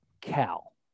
Cal